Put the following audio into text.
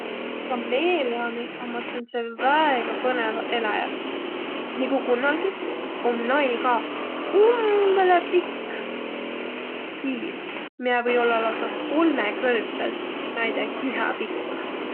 Kameeleoniq ommaq sääntseq väega põnõvaq eläjäq. Nigu kunnalgi, om näil ka umbõlõ pikk kiil, miä või ollaq lausa kolmõkõrdsõlt näide kihä pikkunõ.